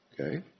okay